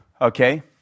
Okay